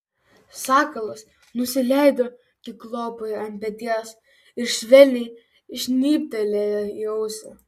sakalas nusileido kiklopui ant peties ir švelniai žnybtelėjo į ausį